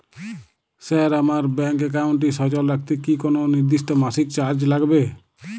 Sir আমার bank একাউন্টটি সচল রাখতে কি কোনো নির্দিষ্ট মাসিক চার্জ লাগবে?